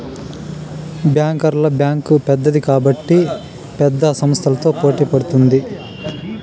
బ్యాంకర్ల బ్యాంక్ పెద్దది కాబట్టి పెద్ద సంస్థలతో పోటీ పడుతుంది